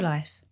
Life